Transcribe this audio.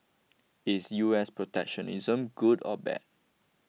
is U S protectionism good or bad